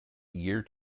year